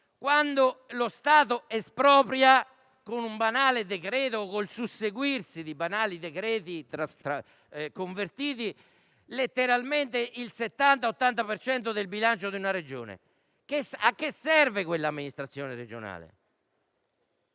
quando lo Stato espropria, con un banale decreto, o meglio con il susseguirsi di banali decreti convertiti, letteralmente il 70-80 per cento del bilancio di una Regione? A che serve quell'amministrazione regionale?